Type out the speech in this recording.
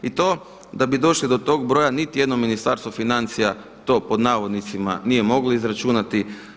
I to da bi došli do toga broja niti jednom Ministarstvo financija to pod navodnicima nije moglo izračunati.